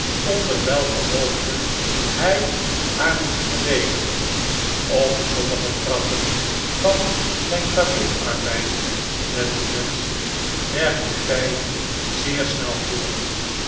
onder welke hoofden hij haar moest verdeelen op sommige trappen van zijn fabriekarbeid met den mensch werkt de tijdzeer snel voort